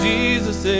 Jesus